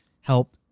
help